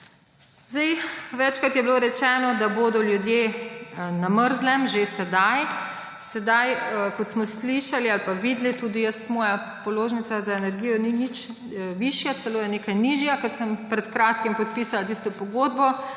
Večkrat je bilo rečeno, da bodo ljudje na mrzlem že zdaj. Kot smo slišali ali pa videli, tudi moja položnica za energijo ni nič višja, je celo nekaj nižja, ker sem pred kratkim podpisala tisto pogodbo